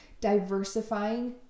diversifying